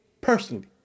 personally